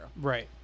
Right